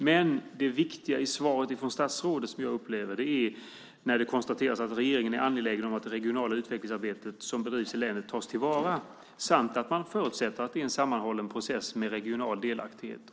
Men det viktiga i svaret från statsrådet, som jag upplever det, är när det konstateras att regeringen är angelägen om att det regionala utvecklingsarbete som bedrivs i länet tas till vara samt att man förutsätter att det är en sammanhållen process med regional delaktighet.